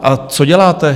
A co děláte?